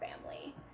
family